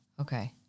okay